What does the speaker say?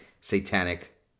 satanic